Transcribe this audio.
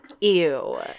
ew